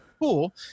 cool